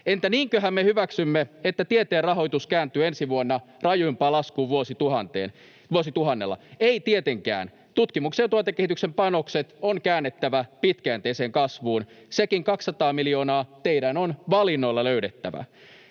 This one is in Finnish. Entä niinköhän me hyväksymme, että tieteen rahoitus kääntyy ensi vuonna rajuimpaan laskuun tällä vuosituhannella? Emme tietenkään. Tutkimuksen ja tuotekehityksen panokset on käännettävä pitkäjänteiseen kasvuun. Sekin 200 miljoonaa teidän on valinnoilla löydettävä.